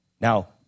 now